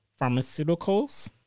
Pharmaceuticals